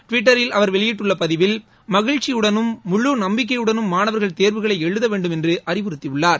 டுவிட்டரில் அவர் வெளியிட்டுள்ள பதிவில் மகிழ்ச்சியுடனும் முழு நப்பிக்கையுடனும் மாணவர்கள் தேர்வுகளை எழுத வேண்டும் என்று அறிவுறுத்தியுள்ளார்